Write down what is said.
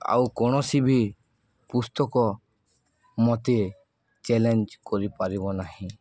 ଆଉ କୌଣସି ବି ପୁସ୍ତକ ମୋତେ ଚ୍ୟାଲେଞ୍ଜ କରିପାରିବ ନାହିଁ